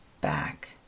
back